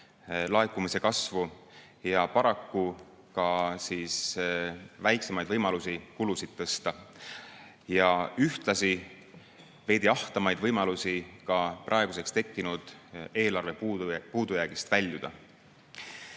laekumise kasvu ja paraku ka väiksemaid võimalusi kulusid tõsta ning ühtlasi veidi ahtamaid võimalusi praeguseks tekkinud eelarve puudujäägist väljuda.